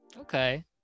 Okay